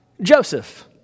Joseph